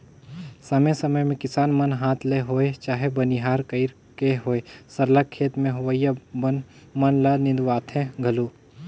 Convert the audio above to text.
समे समे में किसान मन हांथ ले होए चहे बनिहार कइर के होए सरलग खेत में होवइया बन मन ल निंदवाथें घलो